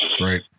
Right